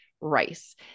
rice